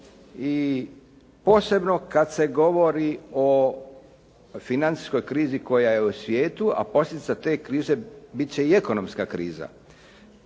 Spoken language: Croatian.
i posebno kada se govori o financijskoj krizi koja je u svijetu, a posljedica te krize i ekonomska kriza.